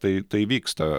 tai tai vyksta